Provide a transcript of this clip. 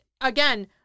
Again